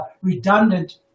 redundant